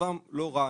מצבם לא רע,